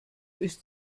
ist